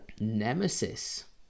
Nemesis